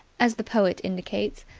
as the poet indicates,